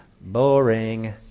Boring